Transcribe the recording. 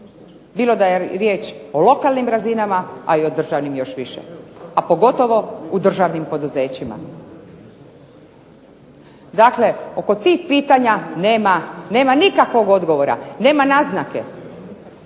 bilo da je riječ o lokalnim razinama, a o državnim još više, a pogotovo u državnim poduzećima. Dakle, oko tih pitanja nema nikakvog odgovora nema naznake,